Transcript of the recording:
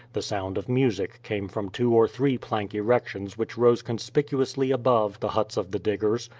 the sound of music came from two or three plank erections which rose conspicuously above the huts of the diggers,